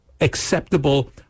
acceptable